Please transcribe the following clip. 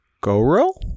Goro